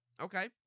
Okay